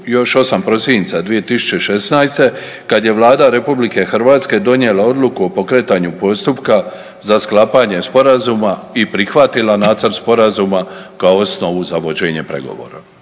još 8. prosinca 2016. kad je Vlada RH donijela odluku o pokretanju postupka za sklapanje Sporazuma i prihvatila nacrt Sporazuma kao osnovu za vođenje pregovora.